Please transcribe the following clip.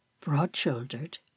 broad-shouldered